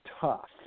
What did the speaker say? tough